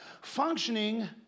functioning